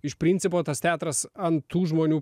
iš principo tas teatras ant tų žmonių